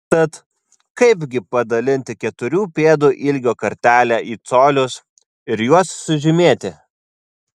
tad kaipgi padalinti keturių pėdų ilgio kartelę į colius ir juos sužymėti